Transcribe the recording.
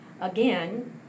Again